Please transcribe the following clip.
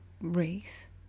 race